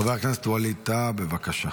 חבר הכנסת ווליד טאהא, בבקשה.